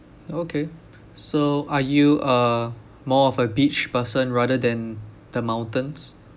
okay so are you uh more of a beach person rather than the mountains